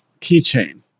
keychain